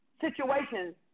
situations